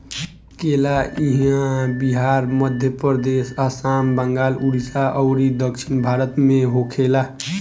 केला इहां बिहार, मध्यप्रदेश, आसाम, बंगाल, उड़ीसा अउरी दक्षिण भारत में होखेला